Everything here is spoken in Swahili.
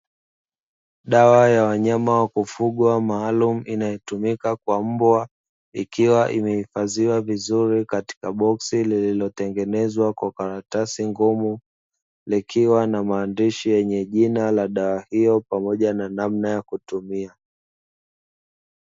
Dawa ya wanyama wa kufugwa, maalumu inayotumika kwa mbwa, ikiwa imehifadhiwa vizuri katika boksi lililotengenezwa kwa karatasi ngumu, likiwa na maandishi yenye jina la dawa hiyo pamoja na namna ya kutumia.